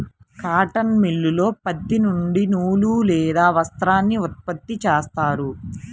cotton మిల్లులో పత్తి నుండి నూలు లేదా వస్త్రాన్ని ఉత్పత్తి చేస్తారు